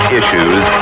issues